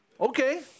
Okay